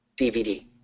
DVD